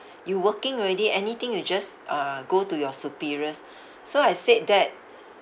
you working already anything you just uh go to your superiors so I said that